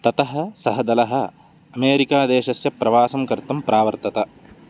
ततः सः दलः अमेरिकादेशश्य प्रवासं कर्तुं प्रावर्तत